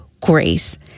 grace